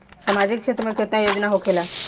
सामाजिक क्षेत्र में केतना योजना होखेला?